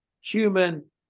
human